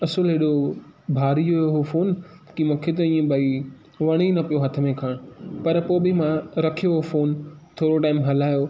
असुलु एॾो भारी हुयो हो फ़ोन की मूंखे त हीअं भई वणे ई न पियो हथ में खणण पर पोइ बि मां रखियो हो फ़ोन थोरो टाइम हलायो